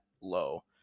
low